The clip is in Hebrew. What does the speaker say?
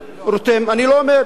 זה גם עגלה וגם הסוס,